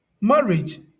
Marriage